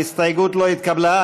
ההסתייגות לא התקבלה.